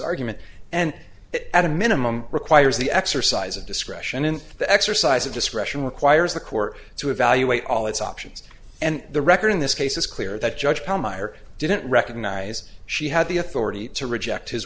argument and at a minimum requires the exercise of discretion in the exercise of discretion requires the court to evaluate all its options and the record in this case is clear that judge palmer didn't recognize she had the authority to reject his